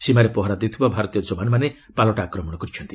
ସୀମାରେ ପହରା ଦେଉଥିବା ଭାରତୀୟ ଯବାନମାନେ ପାଲଟା ଆକ୍ରମଣ କରିଛନ୍ତି